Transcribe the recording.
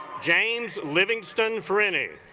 james livingston for any